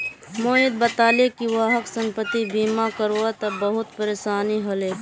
मोहित बताले कि वहाक संपति बीमा करवा त बहुत परेशानी ह ले